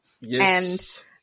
Yes